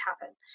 happen